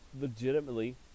legitimately